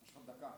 יש לך עוד דקה.